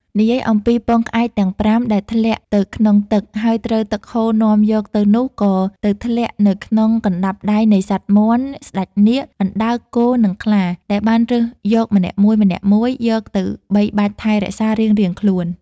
និយាយអំពីពងក្អែកទាំង ៥ ដែលធ្លាក់ទៅក្នុងទឹក ហើយត្រូវទឹកហូរនាំយកទៅនោះ ក៏ទៅធ្លាក់នៅក្នុង កណ្តាប់ដៃនៃសត្វមាន់ ស្តេចនាគ អណ្ដើក គោ និង ខ្លា ដែលបានរើសយកម្នាក់មួយៗ យកទៅបីបាច់ថែ រក្សារៀងៗខ្លួន។